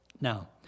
Now